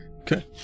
Okay